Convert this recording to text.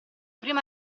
prima